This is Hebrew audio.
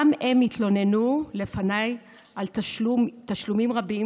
גם הם התלוננו לפניי על תשלומים רבים